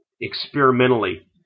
experimentally